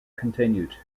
continued